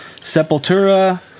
Sepultura